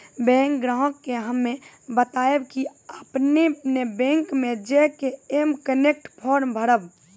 bank ग्राहक के हम्मे बतायब की आपने ने बैंक मे जय के एम कनेक्ट फॉर्म भरबऽ